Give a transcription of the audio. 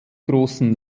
großen